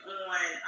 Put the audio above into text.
on